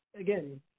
again